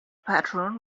patron